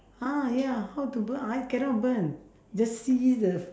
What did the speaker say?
ah ya how to burn I cannot burn just see the